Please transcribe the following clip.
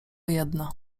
jedna